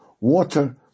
water